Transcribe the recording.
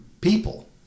people